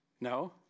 No